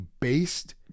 based